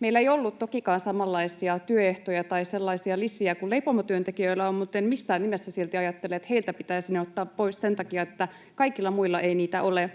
meillä ei ollut tokikaan samanlaisia työehtoja tai sellaisia lisiä kuin leipomotyöntekijöillä on, mutten missään nimessä silti ajattele, että heiltä pitäisi ne ottaa ne pois sen takia, että kaikilla muilla ei niitä ole.